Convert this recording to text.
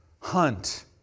hunt